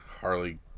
Harley